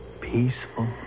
Peaceful